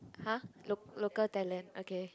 !huh! loc~ local talent okay